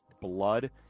blood